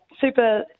super